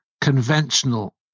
conventional